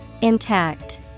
Intact